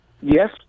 Yes